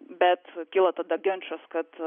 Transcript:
bet kyla tada ginčas kad